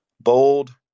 bold